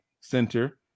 center